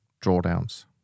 drawdowns